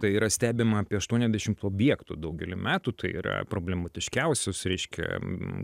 tai yra stebima apie aštuonedešimt objektų daugelį metų tai yra problematiškiausius ryškia m